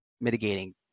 mitigating